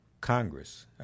Congress